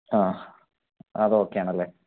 ആ അത് ഓക്കെയാണല്ലേ